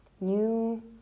new